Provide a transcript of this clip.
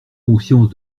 conscience